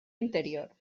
interior